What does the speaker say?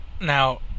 Now